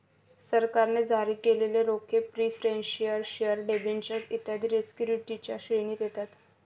सरकारने जारी केलेले रोखे प्रिफरेंशियल शेअर डिबेंचर्स इत्यादी सिक्युरिटीजच्या श्रेणीत येतात